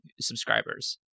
subscribers